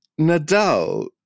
Nadal